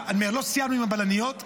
ולא סיימנו עם הבלניות,